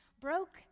broke